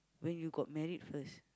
when you got married first